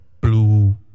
Blue